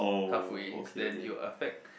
halfways then it will affect